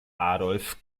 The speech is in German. adolf